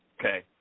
Okay